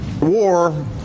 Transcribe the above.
War